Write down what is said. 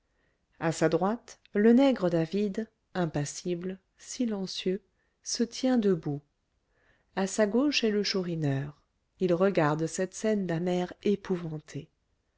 à sa droite le nègre david impassible silencieux se tient debout à sa gauche est le chourineur il regarde cette scène d'un air épouvanté